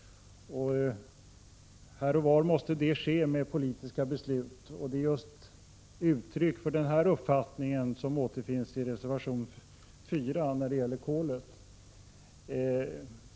Här och där måste det ske genom politiska beslut. Det är uttryck för just den uppfattningen som återfinns i reservation 4 när det gäller kolet.